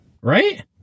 Right